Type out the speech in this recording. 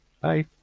Bye